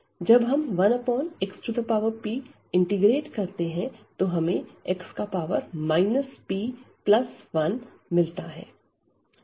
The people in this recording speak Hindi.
जब हम 1xp इंटीग्रेट करते हैं तो हमें x p1 मिलता है